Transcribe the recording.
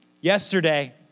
Yesterday